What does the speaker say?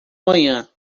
manhã